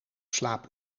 slaap